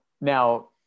now